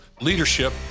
leadership